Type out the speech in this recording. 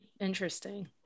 interesting